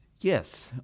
Yes